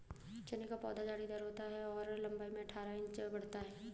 चने का पौधा झाड़ीदार होता है और लंबाई में अठारह इंच तक बढ़ता है